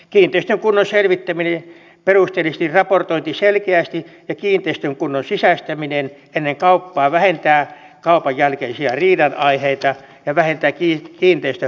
kiinteistön kunnon selvittäminen perusteellisesti raportointi selkeästi ja kiinteistön kunnon sisäistäminen ennen kauppaa vähentävät kaupan jälkeisiä riidan aiheita ja vähentävät kiinteistökauppariitoja